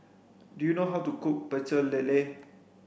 do you know how to cook pecel lele